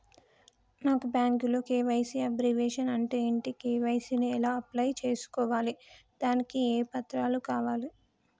నాకు బ్యాంకులో KYC abbreviation అంటే ఏంటి కే.వై.సీ ని ఎలా అప్లై చేసుకోవాలి దానికి ఏ పత్రాలు కావాలి?